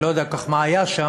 אני לא יודע כל כך מה היה שם,